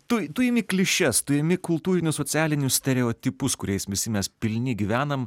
tu tu imi klišes tu imi kultūrinius socialinius stereotipus kuriais visi mes pilni gyvenam